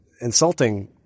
insulting